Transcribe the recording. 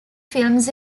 films